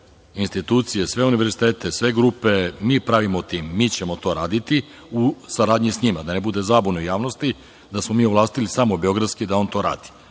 institucije, sve one univerzitete, sve grupe, mi pravimo tim, mi ćemo to raditi u saradnji sa njima, da ne bude zabune u javnosti da smo mi ovlastili samo beogradski da on to